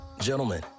Gentlemen